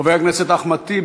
חבר הכנסת אחמד טיבי,